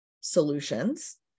solutions